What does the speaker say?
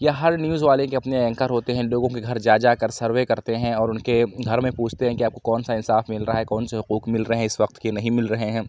یہ ہر نیوز والے کے اپنے اینکر ہوتے ہیں لوگوں کے گھر جا جا کر سروے کرتے ہیں اور اُن کے گھر میں پوچھتے ہیں کہ آپ کو کون سا انصاف مل رہا ہے کون سے حقوق مل رہے ہیں اِس وقت کہ نہیں مل رہے ہیں